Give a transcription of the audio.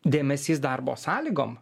dėmesys darbo sąlygom